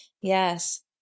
yes